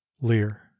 LEAR